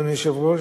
אדוני היושב-ראש,